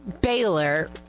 Baylor